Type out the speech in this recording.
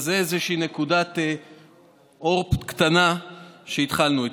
זו איזה נקודת אור קטנה שהתחלנו איתה.